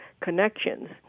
connections